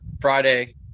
Friday